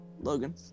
Logan